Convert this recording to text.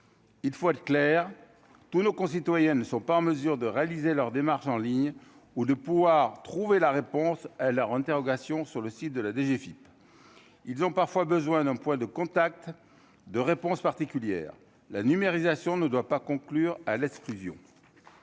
il faut être clair : tous nos concitoyens ne sont pas en mesure de réaliser leurs démarches en ligne ou de pouvoir trouver la réponse est leur interrogation sur le site de la DGFIP, ils ont parfois besoin d'un point de contact de réponse particulière la numérisation ne doit pas conclure à l'exclusion,